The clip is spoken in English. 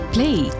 Play